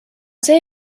see